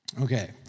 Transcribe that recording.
Okay